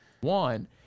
One